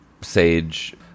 sage